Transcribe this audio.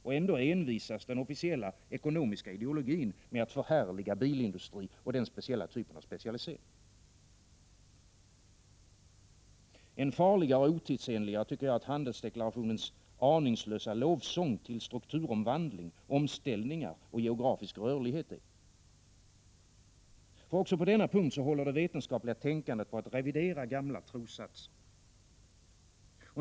Men ändå envisas den officiella ekonomiska ideologin med att förhärliga bilindustrin och den särskilda typ av specialisering som den representerar. Än farligare och otidsenligare tycker jag att handelsdeklarationens aningslösa lovsång till strukturomvandling, omställningar och geografisk rörlighet är. Också på denna punkt håller det vetenskapliga tänkandet på att revidera gamla trossatser.